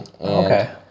Okay